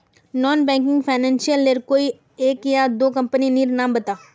Non banking financial लेर कोई एक या दो कंपनी नीर नाम बता?